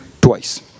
twice